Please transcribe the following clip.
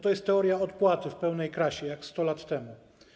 To jest teoria odpłaty w pełnej krasie, jak 100 lat temu.